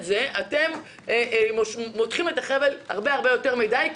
שתכבדו את זה אתם מותחים את החבל הרבה יותר מידי.